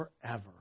forever